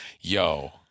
yo